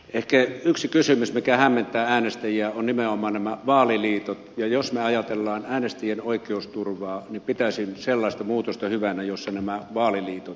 ehkä yksi kysymys mikä hämmentää äänestäjiä on nimenomaan nämä vaaliliitot ja jos me ajattelemme äänestäjien oikeusturvaa niin pitäisin sellaista muutosta hyvänä jossa nämä vaaliliitot kielletään